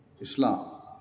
Islam